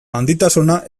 handitasuna